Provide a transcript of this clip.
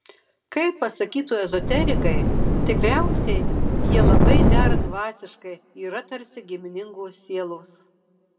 kaip pasakytų ezoterikai tikriausiai jie labai dera dvasiškai yra tarsi giminingos sielos